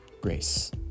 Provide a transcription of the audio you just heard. grace